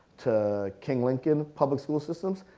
to king lincoln public school systems,